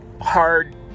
hard